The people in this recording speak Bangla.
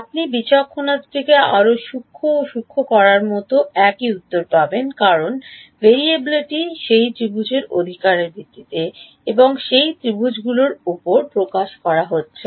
আপনি বিচক্ষণতাটিকে আরও সূক্ষ্মতর করলেও একই উত্তর পাবেন কারণ ভেরিয়েবলটি সেই ত্রিভুজের অধিকারের ভিত্তিতে এবং সেই ত্রিভুজগুলির উপর প্রকাশ করা হচ্ছে